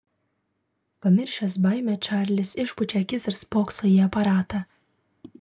pamiršęs baimę čarlis išpučia akis ir spokso į aparatą